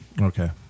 Okay